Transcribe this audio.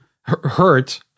hurt